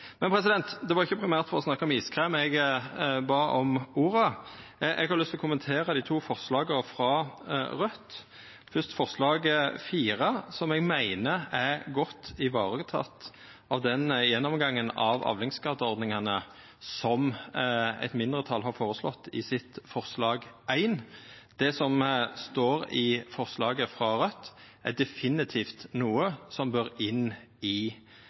Men det var ikkje primært for å snakka om iskrem eg bad om ordet. Eg har lyst til å kommentera dei to forslaga frå Raudt, først forslag nr. 4, som eg meiner er godt teke vare på av den gjennomgangen av avlingsskadeordningane som eit mindretal har føreslått i forslag nr. 1. Det som står i forslaget frå Raudt, er definitivt noko som bør inn i